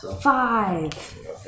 Five